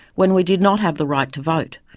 when we did not have the right to vote,